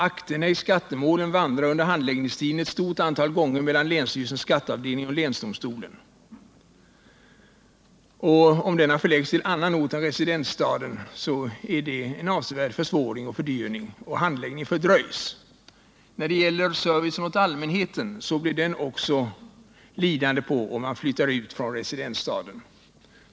Akterna i skattemålen vandrar under handläggningstiden ett stort antal gånger mellan länsstyrelsens skatteavdelning och länsdomstolen. Om denna förläggs till en annan ort än residensstaden, försvåras och fördyras arbetet avsevärt och handläggningen fördröjs. Även servicen för allmänheten skulle komma att bli lidande på en utflyttning från residensstaden.